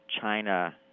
China